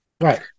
Right